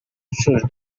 sus